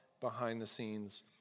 behind-the-scenes